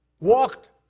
walked